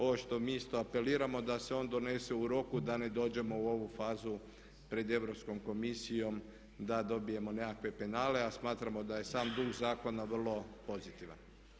Ovo što mi isto apeliramo da se on donese u roku da ne dođemo u ovu fazu pred Europskom komisijom da dobijemo nekakve penale a smatramo da je sam duh zakona vrlo pozitivan.